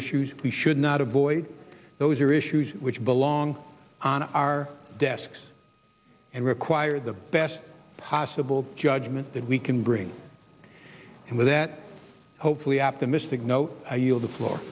issues we should not avoid those are issues which belong on our desks and require the best possible judgment that we can bring and with that hopefully optimistic note i yield the floor